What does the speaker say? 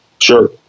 sure